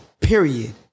Period